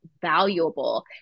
valuable